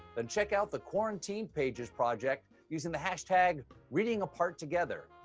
then check out the quarantined pages project using the hashtag reading-apart-together.